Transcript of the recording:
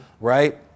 Right